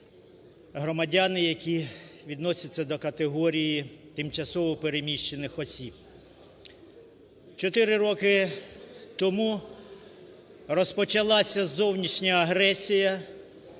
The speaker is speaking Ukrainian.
громадяни, які відносяться до категорії тимчасово переміщених осіб! 4 роки тому розпочалася зовнішня агресія,